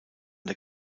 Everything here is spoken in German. der